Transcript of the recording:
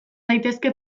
daitezke